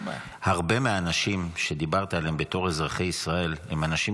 הרבה מהאנשים שדיברת עליהם בתור אזרחי ישראל הם אנשים